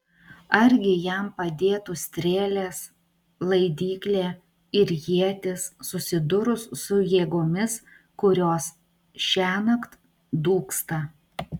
argi jam padėtų strėlės laidyklė ir ietis susidūrus su jėgomis kurios šiąnakt dūksta